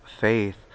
faith